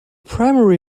primary